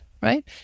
right